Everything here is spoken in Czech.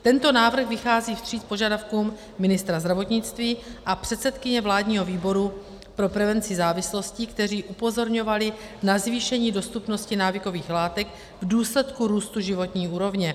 Tento návrh vychází vstříc požadavkům ministra zdravotnictví a předsedkyně Vládního výboru pro prevenci závislostí, kteří upozorňovali na zvýšení dostupnosti návykových látek v důsledku růstu životní úrovně.